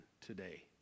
today